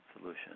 solution